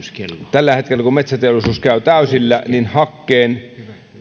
tällä hetkellä kun metsäteollisuus käy täysillä hakkeen